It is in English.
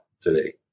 today